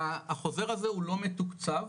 החוזר הזה, הוא לא מתוקצב,